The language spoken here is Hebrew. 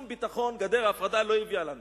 גדר ההפרדה לא הביאה לנו